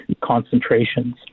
concentrations